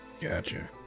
Gotcha